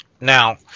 Now